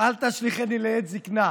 "אל תשליכני לעת זקנה",